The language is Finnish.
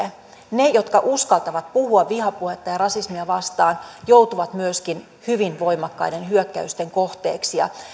ne jotka uskaltavat puhua vihapuhetta ja rasismia vastaan joutuvat myöskin hyvin voimakkaiden hyökkäysten kohteeksi ja